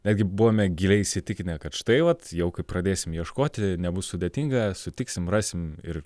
netgi buvome giliai įsitikinę kad štai vat jau kai pradėsim ieškoti nebus sudėtinga sutiksim rasim ir